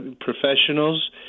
professionals